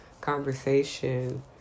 conversation